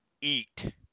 Eat